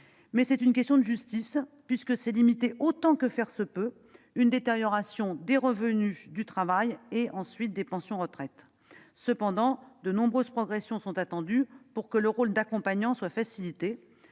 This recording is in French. oui ! C'est une question de justice, puisque c'est limiter autant que faire se peut une détérioration des revenus du travail et des pensions de retraite. Cependant, de nombreuses progressions sont attendues pour que le rôle d'accompagnant soit facilité.